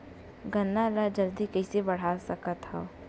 गन्ना ल जल्दी कइसे बढ़ा सकत हव?